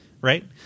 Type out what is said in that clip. Right